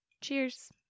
Cheers